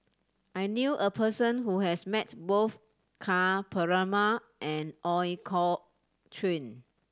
I knew a person who has met both Ka Perumal and Ooi Kok Chuen